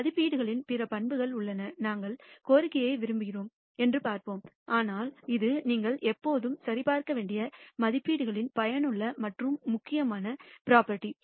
மதிப்பீடுகளின் பிற பண்புகள் உள்ளன நாங்கள் கோரிக்கையை விரும்புகிறோம் என்று பார்ப்போம் ஆனால் இது நீங்கள் எப்போதும் சரிபார்க்க வேண்டிய மதிப்பீடுகளின் பயனுள்ள மற்றும் முக்கியமான ப்ரொபேர்ட்டி